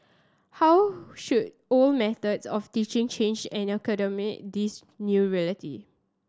how should old methods of teaching change this new reality